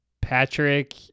Patrick